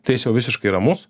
tai jis jau visiškai ramus